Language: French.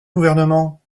gouvernement